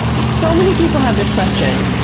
so many people have this question.